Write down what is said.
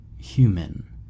human